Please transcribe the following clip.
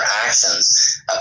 actions